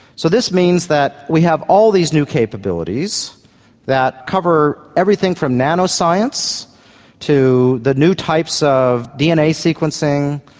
so this means that we have all these new capabilities that cover everything from nano-science to the new types of dna sequencing,